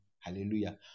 hallelujah